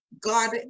God